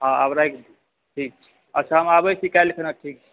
हँ आब राखि दिऔ ठीक छै अच्छा हम आबैत छी कल्हि खिना ठीक छै